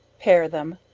pare then,